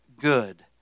good